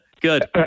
Good